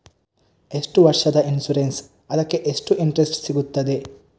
ಎಷ್ಟು ವರ್ಷದ ಇನ್ಸೂರೆನ್ಸ್ ಅದಕ್ಕೆ ಎಷ್ಟು ಇಂಟ್ರೆಸ್ಟ್ ಸಿಗುತ್ತದೆ?